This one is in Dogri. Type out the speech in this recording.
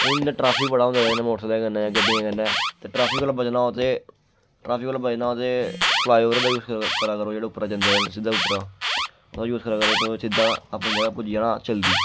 हून जियां ट्रैफिक बड़ा होंदा मोटरसैकल कन्नै गड्डियें कन्नै ते ट्रैफिक कोला बचना ओह् ते ट्रैफिक कोला बचना होए ते फ्लाईओवर दा यूज करा करो जेह्ड़े उप्परा जंदे न सिद्धे उप्परा ओह्दा यूज करा करो ते सिद्धा अपनी जगह् पुज्जी जाना चलदी